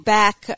back